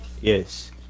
Yes